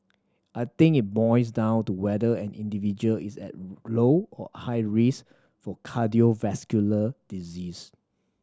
I think it boils down to whether an individual is at low or high risk for cardiovascular disease